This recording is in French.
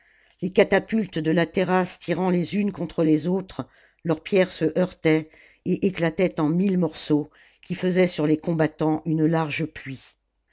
les catapultes de la terrasse tirant les unes contre les autres leurs pierres se heurtaient et éclataient en mille morceaux qui faisaient sur les combattants une large pluie